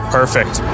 perfect